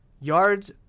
Yards